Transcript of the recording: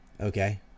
Okay